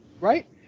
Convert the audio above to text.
right